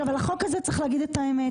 על החוק הזה צריך להגיד את האמת.